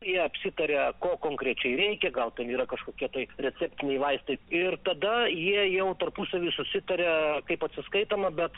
jie apsitaria ko konkrečiai reikia gal tai yra kažkokie tai receptiniai vaistai ir tada jie jau tarpusavy susitaria kaip atsiskaitoma bet